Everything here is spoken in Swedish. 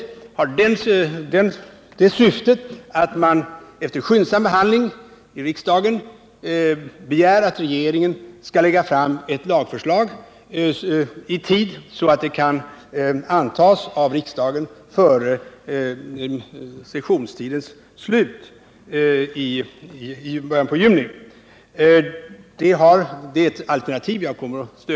Motionen har i stället det syftet att man efter skyndsam behandling i riksdagen begär att regeringen lägger fram ett lagförslag i sådan tid att det kan antas av riksdagen före riksmötets slut i början av juni.